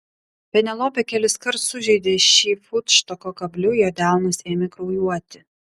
penelopė keliskart sužeidė šį futštoko kabliu jo delnas ėmė kraujuoti